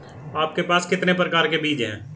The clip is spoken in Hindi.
आपके पास कितने प्रकार के बीज हैं?